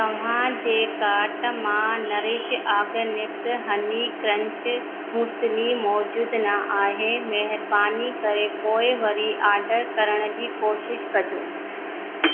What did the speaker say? तव्हांजे कार्ट मां Nourish Organics honey crunch muesli मौजूदु न आहे महिरबानी करे पोइ वरी ऑर्डर करण जी कोशिशि कजो